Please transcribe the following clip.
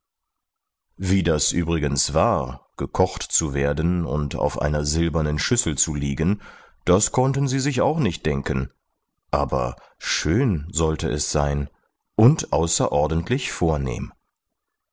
wie das übrigens war gekocht zu werden und auf einer silbernen schüssel zu liegen das konnten sie sich nicht denken aber schön sollte es sein und außerordentlich vornehm